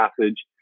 passage